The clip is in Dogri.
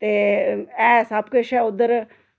ते ऐ सब किश ऐ उद्धर